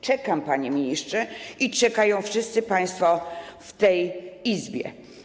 Czekam, panie ministrze, i czekają wszyscy państwo w tej Izbie.